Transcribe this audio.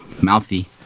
mouthy